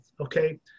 okay